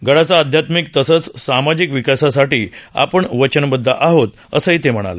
गडाचा आध्यात्मिक तसेच सामाजिक विकासासाठी आपण वचनबद्ध आहोत असंही ते यावेळी म्हणाले